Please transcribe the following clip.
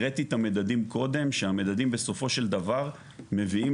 הראיתי את המדדים קודם והמדדים בסופו של דבר מביאים